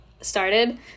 started